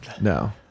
no